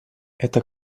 это